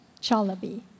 Chalabi